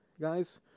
guys